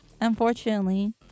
Unfortunately